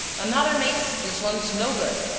another, mates this one's no good.